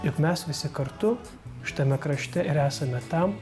juk mes visi kartu šitame krašte ir esame tam